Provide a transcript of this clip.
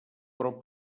però